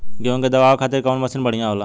गेहूँ के दवावे खातिर कउन मशीन बढ़िया होला?